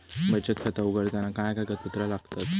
बचत खाता उघडताना काय कागदपत्रा लागतत?